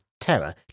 terror